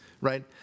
right